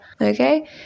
okay